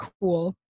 cool